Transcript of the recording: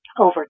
over